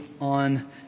on